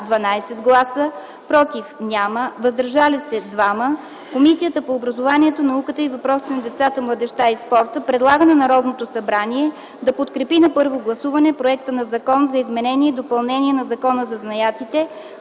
12 гласа, „против” – няма, „въздържали се” – 2, Комисията по образованието, науката и въпросите на децата, младежта и спорта предлага на Народното събрание да подкрепи на първо гласуване Законопроект за изменение и допълнение на Закона за занаятите,